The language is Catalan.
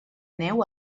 neu